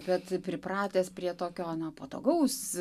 bet pripratęs prie tokio na patogaus